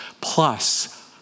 plus